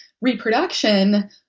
reproduction